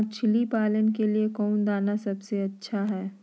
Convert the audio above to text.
मछली पालन के लिए कौन दाना सबसे अच्छा है?